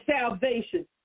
salvation